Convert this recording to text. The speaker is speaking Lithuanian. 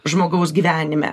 žmogaus gyvenime